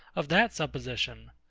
of that supposition?